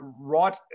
right